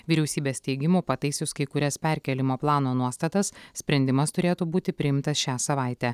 vyriausybės teigimu pataisius kai kurias perkėlimo plano nuostatas sprendimas turėtų būti priimtas šią savaitę